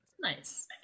Nice